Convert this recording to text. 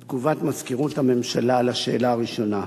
את תגובת מזכירות הממשלה לשאלה הראשונה.